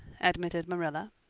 admitted marilla.